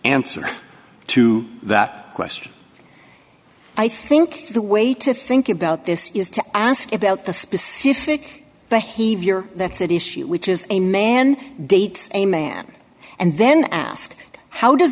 answer to that question i think the way to think about this is to ask about the specific behavior that's at issue which is a man date a man and then ask how does